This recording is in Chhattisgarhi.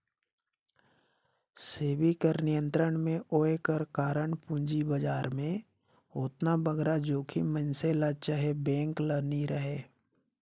सेबी कर नियंत्रन में होए कर कारन पूंजी बजार में ओतना बगरा जोखिम मइनसे ल चहे बेंक ल नी रहें